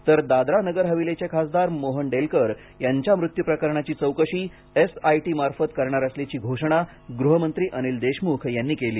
तर दादरा नगरहवेलीचे खासदार मोहन डेलकर यांच्या मृत्यू प्रकरणाची चौकशी एस आय टी मार्फत करणार असल्याची घोषणा गृहमंत्री अनिल देशमुख यांनी केली